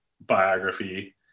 biography